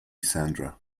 sandra